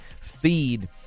feed